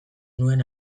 nuen